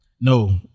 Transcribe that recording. No